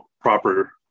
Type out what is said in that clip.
proper